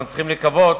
אנחנו צריכים לקוות